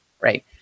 right